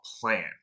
plan